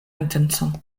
intencon